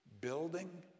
building